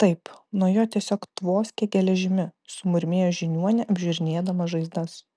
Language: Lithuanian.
taip nuo jo tiesiog tvoskia geležimi sumurmėjo žiniuonė apžiūrinėdama žaizdas